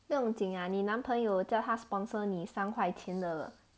不用紧啊你男朋友叫他 sponsor 你三块钱的